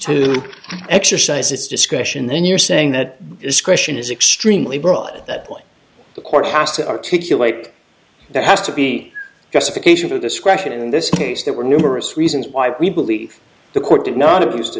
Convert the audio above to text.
to exercise its discretion then you're saying that discretion is extremely broad at that point the court has to articulate there has to be justification for this question in this case there were numerous reasons why we believe the court did not abus